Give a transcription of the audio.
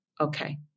Okay